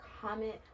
comment